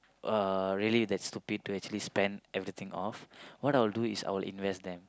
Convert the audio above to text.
uh really that stupid to actually spend everything off what I'll do is I'll invest them